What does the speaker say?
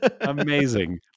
amazing